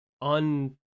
on